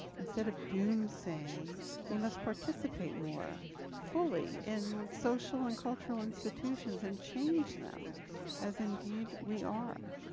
instead of doom saying we must participate more fully in social and cultural institutions and change them as indeed we are.